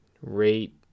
rate